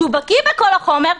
שהוא בקיא בכל החומר,